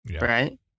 Right